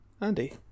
andy